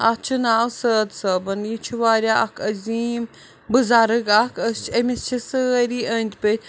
اَتھ چھُ ناو سٲد صٲبُن یہِ چھُ واریاہ اَکھ عظیٖم بُزرگ اَکھ أسۍ چھِ أمِس چھِ سٲری أندۍ پٔکۍ